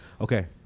Okay